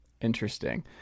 interesting